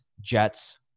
jets